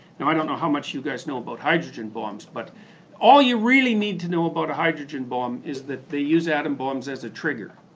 and i don't know how much you guys know about hydrogen bombs, but all you really need to know about a hydrogen bomb is that they use atom bombs as a trigger.